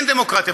אין דמוקרטיה.